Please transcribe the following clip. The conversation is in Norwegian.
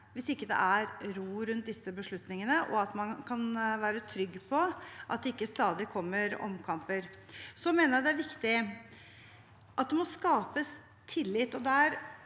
hvis det ikke er ro rundt disse beslutningene og man kan være trygg på at det ikke stadig kommer omkamper. Jeg mener det er viktig at det skapes tillit.